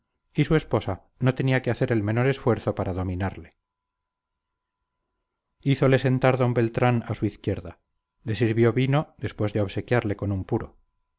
y su esposa no tenía que hacer el menor esfuerzo para dominarle hízole sentar d beltrán a su izquierda le sirvió vino después de obsequiarle con un puro